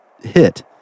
hit